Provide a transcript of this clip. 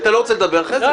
כן,